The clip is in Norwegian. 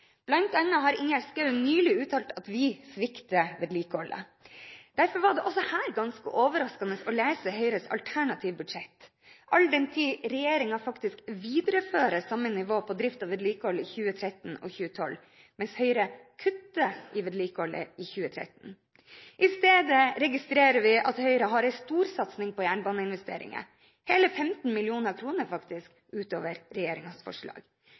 annet har Ingjerd Schou nylig uttalt at vi svikter vedlikeholdet. Derfor var det her ganske overraskende å lese Høyres alternative budsjett – all den tid regjeringen faktisk viderefører samme nivå på drift og vedlikehold i 2013 og 2012, mens Høyre kutter i vedlikeholdet i 2013. I stedet registrerer vi at Høyre har en storsatsing på jernbaneinvesteringer – faktisk hele 15 mrd. kr utover regjeringens forslag.